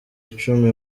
icumi